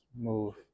move